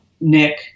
Nick